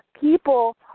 people